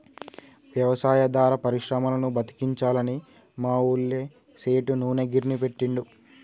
వ్యవసాయాధార పరిశ్రమలను బతికించాలని మా ఊళ్ళ సేటు నూనె గిర్నీ పెట్టిండు